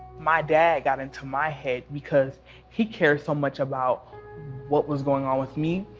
my dad got into my head, because he cared so much about what was going on with me.